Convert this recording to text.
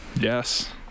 Yes